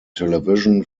television